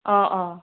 অঁ অঁ